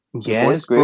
yes